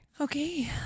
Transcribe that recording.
Okay